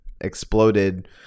exploded